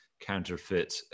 counterfeit